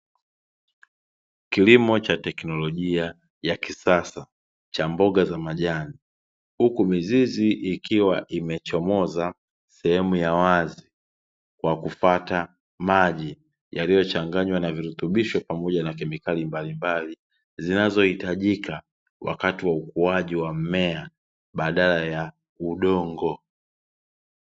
Kilimo cha teknolojia ya kisasa cha mboga za majani, huku mizizi ikiwa imechomoza sehemu ya wazi kwa kufuata maji yaliyochanganywa na virutubisho pamoja na kemikali mbalimbali, zinazohitajika wakati wa ukuaji wa mmea badala ya udongo.